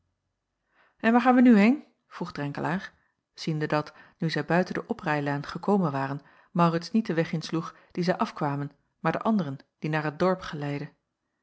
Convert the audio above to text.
en waar gaan wij nu heen vroeg drenkelaer ziende dat nu zij buiten de oprijlaan gekomen waren maurits niet den weg insloeg dien zij afkwamen maar den anderen die naar het dorp geleidde